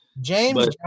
James